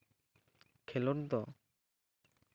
ᱠᱷᱮᱞᱳᱰ ᱫᱚ